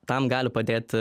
tam gali padėti